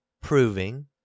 proving